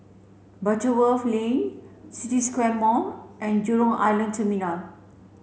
Butterworth Lane City Square Mall and Jurong Island Terminal